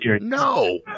No